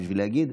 בשביל להגיד,